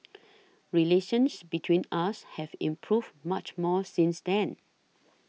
relations between us have improved much more since then